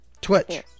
Twitch